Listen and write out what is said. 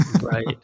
Right